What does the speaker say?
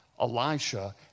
Elisha